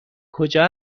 کجا